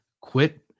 Quit